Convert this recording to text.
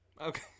Okay